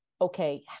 okay